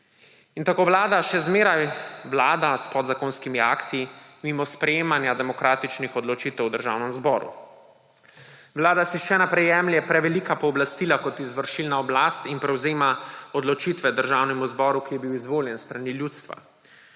In tako vlada še zmeraj vlada s podzakonskimi akti, mimo sprejemanja demokratičnih odločitev v Državnem zboru. Vlada si še naprej jemlje prevelika pooblastila kot izvršilna oblast in prevzema odločitve Državnem zboru, ki je bil izvoljen s strani ljudstva.